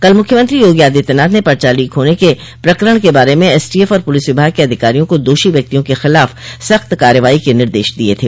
कल मुख्यमंत्री योगी आदित्यनाथ ने पर्चा लीक होने के प्रकरण के बारे में एसटीएफ और पुलिस विभाग के अधिकारियों को दोषी व्यक्तियों के खिलाफ सख्त कार्रवाई के निर्देश दिये थे